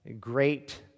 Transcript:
great